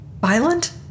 violent